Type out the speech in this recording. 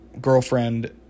girlfriend